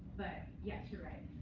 but yes, you're right.